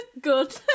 Good